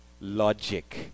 Logic